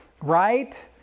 right